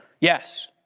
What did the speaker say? Yes